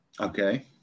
Okay